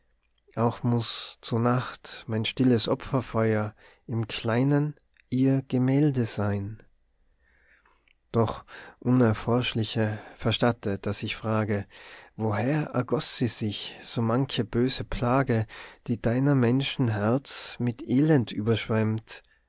auch muß zumacht mein stilles opferfeuer im kleinen ihr gemälde sein doch unerforschliche erstatte dass ich frage woher ergoß sie sich so manche böse plage die deiner menschenherz mit elend überschwemmt